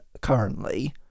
currently